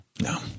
No